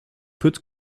put